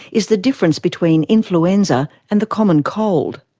is the difference between influenza and the common cold.